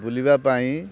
ବୁଲିବା ପାଇଁ